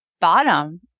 bottom